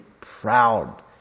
proud